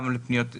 גם לפניות דיירים.